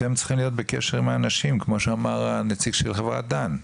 אתם צריכים להיות בקשר עם האנשים כמו שאמר נציג חברת דן.